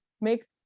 make